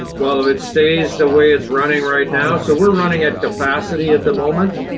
well, if it stays the way it's running right now so we're running at capacity at the moment.